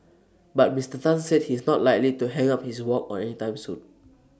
but Mister Tan said he is not likely to hang up his wok anytime soon